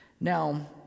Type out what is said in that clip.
Now